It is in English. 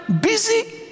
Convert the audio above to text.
busy